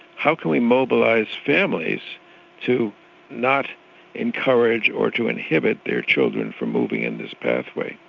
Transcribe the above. how can we mobilise families to not encourage or to inhibit their children from moving in this pathway?